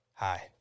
Hi